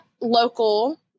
local